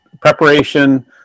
preparation